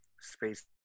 space